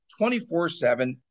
24-7